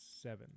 seven